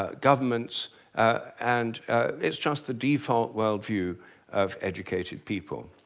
ah governments and it's just the default world view of educated people.